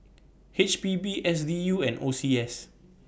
H P B S D U and O C S